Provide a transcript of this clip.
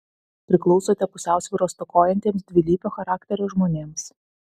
priklausote pusiausvyros stokojantiems dvilypio charakterio žmonėms